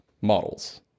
models